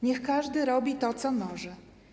Niech każdy robi to, co może.